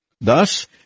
Thus